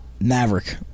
Maverick